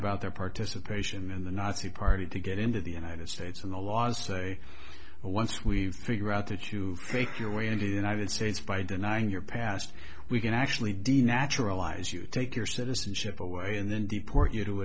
about their participation in the nazi party to get into the united states and the laws say once we figure out that you take your way and united states by denying your past we can actually denaturalized you take your citizenship away and then deport you to